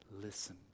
Listen